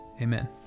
amen